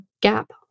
Gap